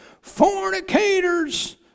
fornicators